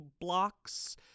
blocks